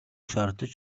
шаардаж